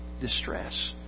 Distress